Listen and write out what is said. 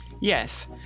Yes